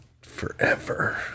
forever